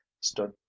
stood